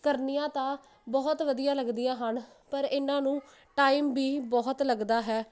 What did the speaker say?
ਕਰਨੀਆ ਤਾਂ ਬਹੁਤ ਵਧੀਆ ਲੱਗਦੀਆਂ ਹਨ ਪਰ ਇਹਨਾਂ ਨੂੰ ਟਾਈਮ ਵੀ ਬਹੁਤ ਲੱਗਦਾ ਹੈ